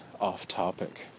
off-topic